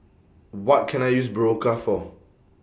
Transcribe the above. What Can I use Berocca For